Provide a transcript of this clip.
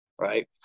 right